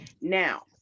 Now